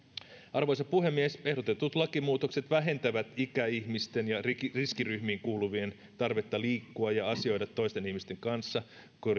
arvoisa puhemies ehdotetut lakimuutokset vähentävät ikäihmisten ja riskiryhmiin kuuluvien tarvetta liikkua ja asioida toisten ihmisten kanssa